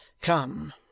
Come